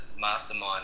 mastermind